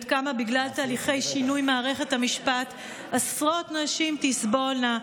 עד כמה בגלל תהליכי שינוי מערכת המשפט עשרות נשים תסבולנה,